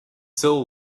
soul